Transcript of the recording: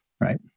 right